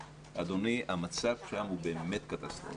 אדוני, המצב שם הוא באמת קטסטרופלי.